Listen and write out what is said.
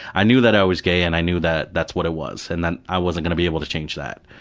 i knew that i was gay, and i knew that that's what it was, and that i wasn't going to be able to change that.